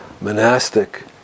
monastic